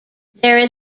there